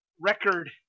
record